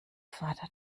vater